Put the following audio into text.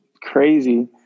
crazy